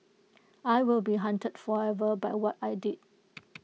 I will be haunted forever by what I did